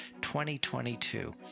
2022